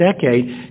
decade